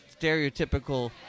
stereotypical